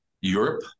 Europe